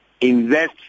invest